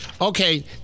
Okay